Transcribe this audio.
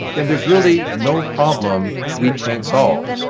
then there's really no problem we can't solve.